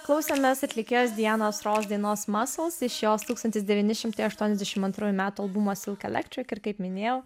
klausemės atlikėjos dianos ross dainos muscles iš jos tūkstantis devyni šimtai aštuoniasdešimt antrųjų metų albumo silk electric ir kaip minėjau